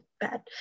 bad